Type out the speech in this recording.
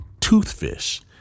toothfish